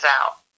out